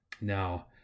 Now